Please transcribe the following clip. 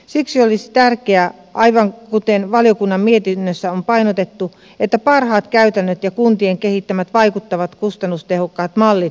siksi olisi tärkeää aivan kuten valiokunnan mietinnössä on painotettu että parhaat käytännöt ja kuntien kehittämät vaikuttavat kustannustehokkaat mallit hyödynnetään